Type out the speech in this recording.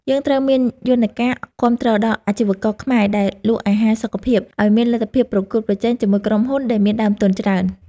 យើងត្រូវមានយន្តការគាំទ្រដល់អាជីវករខ្មែរដែលលក់អាហារសុខភាពឲ្យមានលទ្ធភាពប្រកួតប្រជែងជាមួយក្រុមហ៊ុនដែលមានដើមទុនច្រើន។